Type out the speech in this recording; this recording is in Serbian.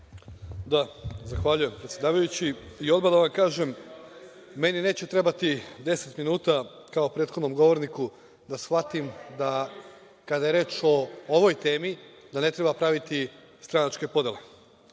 Zahvaljujem, predsedavajući. Odmah da vam kažem, meni neće trebati deset minuta kao prethodnom govorniku da shvatim da kada je reč o ovoj temi, da ne treba praviti stranačke podele. Tužno